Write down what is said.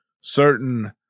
certain